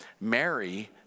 Mary